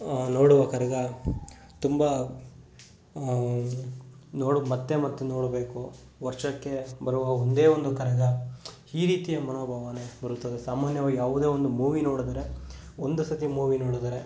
ನೋಡುವ ಕರಗ ತುಂಬ ನೋಡೋದು ಮತ್ತೆ ಮತ್ತೆ ನೋಡಬೇಕು ವರ್ಷಕ್ಕೆ ಬರುವ ಒಂದೇ ಒಂದು ಕರಗ ಈ ರೀತಿಯ ಮನೋಭಾವನೆ ಬರುತ್ತದೆ ಸಾಮಾನ್ಯವಾಗಿ ಯಾವುದೇ ಒಂದು ಮೂವಿ ನೋಡಿದರೆ ಒಂದು ಸರತಿ ಮೂವಿ ನೋಡಿದರೆ